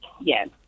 Yes